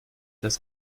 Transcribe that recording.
das